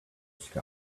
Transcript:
sky